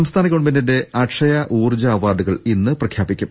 സംസ്ഥാന ഗവൺമെന്റിന്റെ അക്ഷയ ഊർജ അവാർഡു കൾ ഇന്ന് പ്രഖ്യാപിക്കും